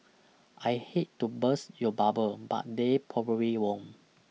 I hate to burst your bubble but they probably won't